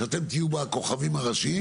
שאתם תהיו בה הכוכבים הראשיים,